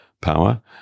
power